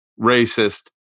racist